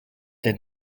did